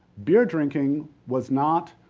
beer drinking was not,